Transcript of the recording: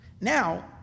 Now